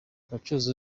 abacuruzi